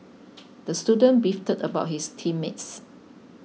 the student beefed about his team mates